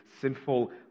sinful